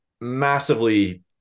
massively